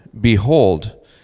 Behold